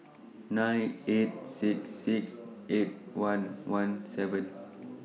nine eight six six eight one one seven